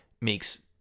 makes